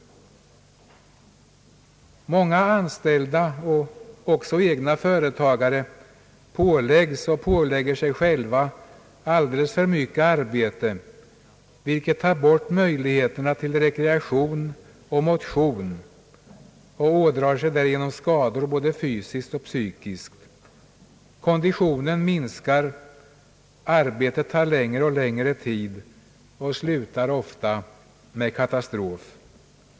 Många anställda och egna företagare påläggs och pålägger sig själva alldeles för mycket arbete, vilket tar bort möjligheterna till rekreation och motion. Dessa människor ådrar sig därigenom skador både fysiskt och psykiskt. Konditionen minskar, arbetet tar längre tid och allt detta slutar ofta med katastrof.